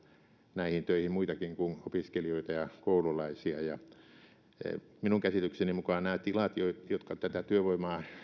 näihin töihin muitakin kuin opiskelijoita ja koululaisia minun käsitykseni mukaan nämä tilat jotka tätä työvoimaa